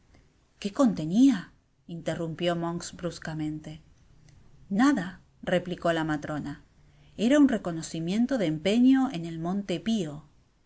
qué contenia interrumpió monks bruscamente nada replicó la matrona era un reconocimiento de empeño en el monte pio por